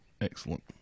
Excellent